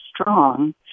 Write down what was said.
strong